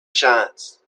shines